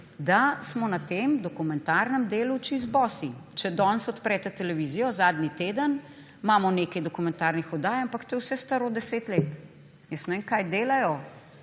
da smo na tem dokumentarnem delu čisto bosi. Če danes odprete televizijo, zadnji teden imamo nekaj dokumentarnih oddaj, ampak to je vse staro deset let. Jaz ne vem, kaj delajo.